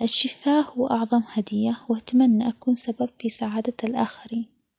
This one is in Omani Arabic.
يعيش في الأماكن الشاهقة والبعيدة وهالتجربة بتخليني أحس إني بعيدة عن كل ضغوط الحياة.